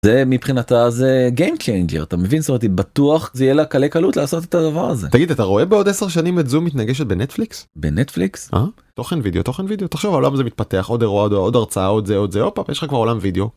זה מבחינתה זה game changer אתה מבין שאותי בטוח זה יהיה לה קלה קלות לעשות את הדבר הזה תגיד אתה רואה בעוד עשר שנים את זום מתנגשת בנטפליקס בנטפליקס תוכן וידאו תוכן וידאו תחשוב עולם זה מתפתח עוד אירוע עוד הרצאה עוד זה עוד זה עוד פעם יש לך כבר עולם וידאו.